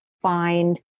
find